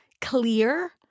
clear